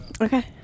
okay